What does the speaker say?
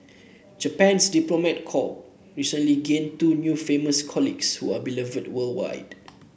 Japan's diplomat corp recently gained two new famous colleagues who are beloved worldwide